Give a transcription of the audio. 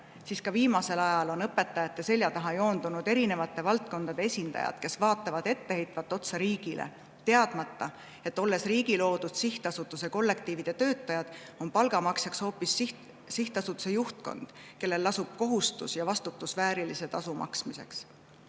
et viimasel ajal on õpetajate selja taha joondunud erinevate valdkondade esindajad, kes vaatavad etteheitvalt otsa riigile, teadmata, et olles riigi loodud sihtasutuse kollektiivide töötajad, on palga maksjaks hoopis sihtsihtasutuse juhtkond, kellel lasub kohustus ja vastutus väärilise tasu maksmiseks.